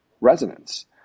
resonance